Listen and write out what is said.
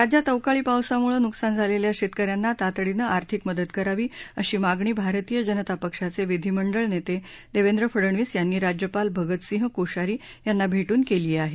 राज्यात अवकाळी पावसामुळे नुकसान झालेल्या शेतकऱ्यांना तातडीनं आर्थिक मदत करावी अशी मागणी भारतीय जनता पक्षाचे विधिमंडळ नेते देवेंद्र फडणवीस यांनी राज्यपाल भगतसिंह कोश्यारी यांना भेट्जे केली आहे